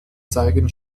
zeigen